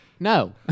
no